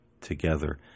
together